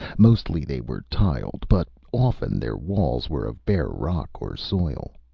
mostly they were tiled, but often their walls were of bare rock or soil.